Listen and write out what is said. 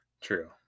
True